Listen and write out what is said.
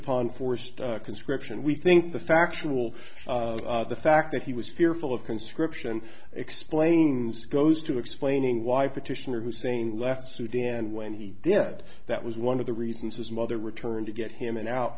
upon forced conscription we think the factual the fact that he was fearful of conscription explains goes to explaining why petitioner hussein left sudan when he did that was one of the reasons his mother returned to get him and